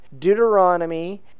Deuteronomy